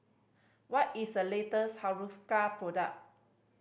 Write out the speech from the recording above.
what is the latest Hiruscar product